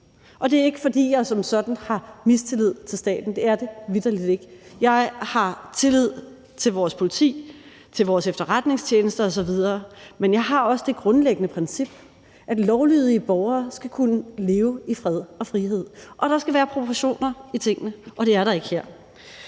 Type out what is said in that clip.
og det er ikke, fordi jeg som sådan har mistillid til staten; det er det vitterlig ikke. Jeg har tillid til vores politi, til vores efterretningstjenester osv., men jeg har også det grundlæggende princip, at lovlydige borgere skal kunne leve i fred og frihed, og at der skal være proportioner i tingene – og det er der ikke her.